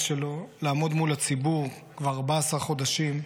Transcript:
שלו לעמוד מול הציבור כבר 14 חודשים,